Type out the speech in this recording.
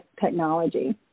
technology